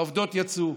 והעובדות יצאו.